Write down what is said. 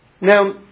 Now